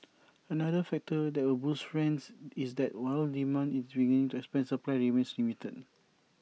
another factor that will boost rents is that while demand is beginning to expand supply remains limited